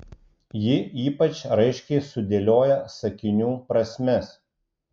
ji ypač raiškiai sudėlioja sakinių prasmes